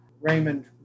Raymond